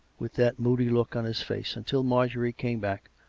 with that moody look on his face, until marjorie came back,